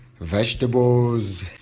vegetables.